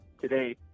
today